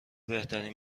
بهترین